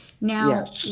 Now